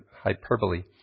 hyperbole